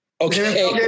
Okay